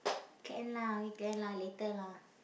can lah can lah later lah